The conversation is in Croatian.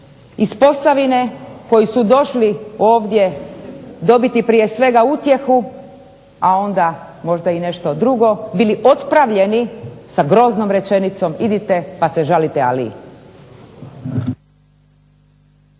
iz Posavine koji su došli ovdje dobiti prije svega utjehu, a onda možda i nešto drugo, bili otpravljeni sa groznom rečenicom "Idite pa se žalite Aliji."